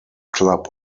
club